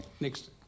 Next